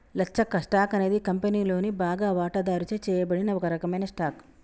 లచ్చక్క, stock అనేది కంపెనీలోని బాగా వాటాదారుచే చేయబడిన ఒక రకమైన స్టాక్